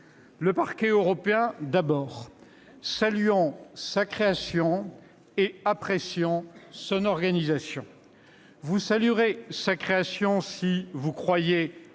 du Parquet européen, saluons sa création et apprécions son organisation. Vous saluerez sa création si vous croyez à la construction